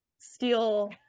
steal